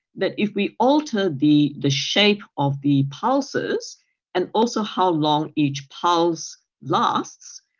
that if we altered the the shape of the pulses and also how long each pulse lasts,